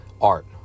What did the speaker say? art